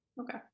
Okay